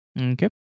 Okay